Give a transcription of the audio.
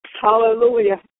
Hallelujah